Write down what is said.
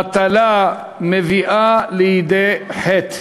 בטלה מביאה לידי חטא.